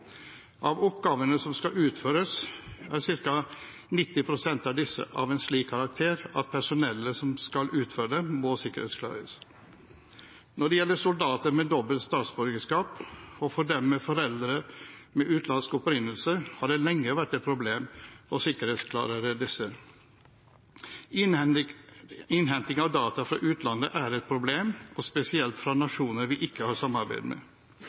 Av oppgavene som skal utføres, er ca. 90 pst. av en slik karakter at personellet som skal utføre dem, må sikkerhetsklareres. Når det gjelder soldater med dobbelt statsborgerskap og soldater med foreldre av utenlandsk opprinnelse, har det lenge vært et problem å sikkerhetsklarere disse. Innhenting av data fra utlandet er et problem, og spesielt fra nasjoner vi ikke har samarbeid med.